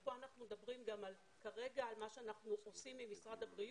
פה אנחנו מדברים כרגע על מה שאנחנו עושים עם משרד הבריאות,